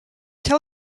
tell